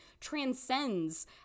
transcends